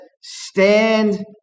stand